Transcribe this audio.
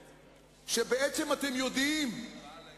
אם היית רואה את הדיון